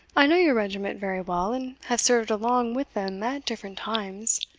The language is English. i know your regiment very well, and have served along with them at different times.